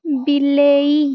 ବିଲେଇ